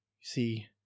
see